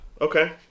okay